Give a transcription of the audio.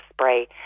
spray